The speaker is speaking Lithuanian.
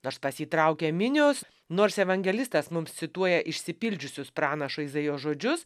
nors pas jį traukia minios nors evangelistas mums cituoja išsipildžiusius pranašo izaijo žodžius